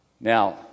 Now